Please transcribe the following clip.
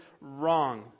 wrong